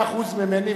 יש 2% ממני,